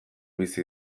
bizi